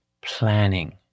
planning